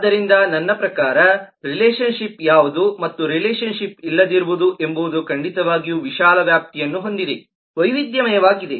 ಆದ್ದರಿಂದ ನನ್ನ ಪ್ರಕಾರ ರಿಲೇಶನ್ ಶಿಪ್ ಯಾವುದು ಮತ್ತು ರಿಲೇಶನ್ ಶಿಪ್ಇಲ್ಲದಿರುವುದು ಎಂಬುದು ಖಂಡಿತವಾಗಿಯೂ ವಿಶಾಲ ವ್ಯಾಪ್ತಿಯನ್ನು ಹೊಂದಿದೆ ವೈವಿಧ್ಯಮಯವಾಗಿದೆ